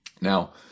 Now